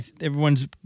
everyone's